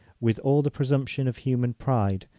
with all the presumption of human pride,